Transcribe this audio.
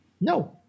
No